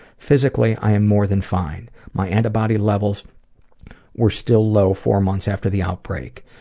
physically, i am more than fine. my antibody levels were still low four months after the outbreak.